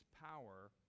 power